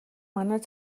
манай